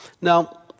Now